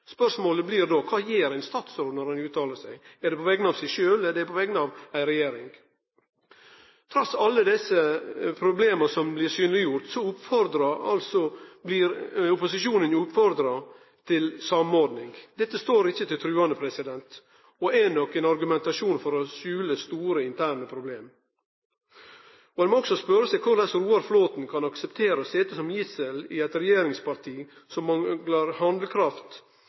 Spørsmålet blir då: Kva gjer ein statsråd når han uttaler seg, snakkar han på vegner av seg sjølv eller på vegner av ei regjering? Trass i alle desse problema som blir synleggjorde, har altså opposisjonen blitt oppfordra til samordning. Dette står ikkje til truande. Det er nok ein argumentasjon for å skjule store interne problem. Ein må også spørje seg korleis Roar Flåthen kan akseptere å sitje som gissel i eit regjeringsparti som